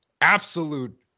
absolute